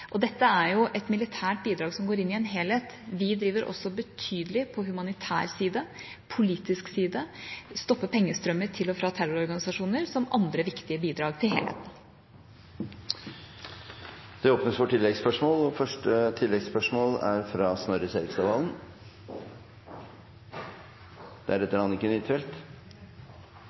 Dette er jo et militært bidrag som går inn i en helhet. Vi driver også betydelig på humanitær side og politisk side og stopper pengestrømmer til og fra terrororganisasjoner, som andre viktige bidrag til helheten. Det